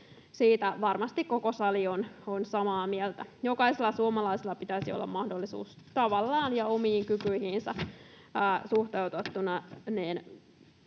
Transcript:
siitä varmasti koko sali on samaa mieltä. Jokaisella suomalaisella pitäisi olla mahdollisuus tavallaan ja omiin kykyihinsä suhteutettuna